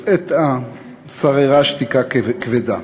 לפתע שררה שתיקה כבדה.